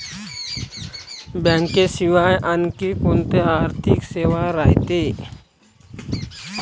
बँकेशिवाय आनखी कोंत्या आर्थिक सेवा रायते?